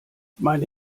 meine